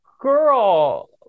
girl